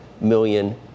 million